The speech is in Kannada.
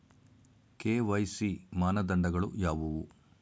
ಕೆ.ವೈ.ಸಿ ಮಾನದಂಡಗಳು ಯಾವುವು?